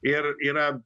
ir yra